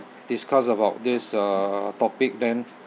discuss about this uh topic then